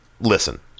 listen